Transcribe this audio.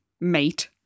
mate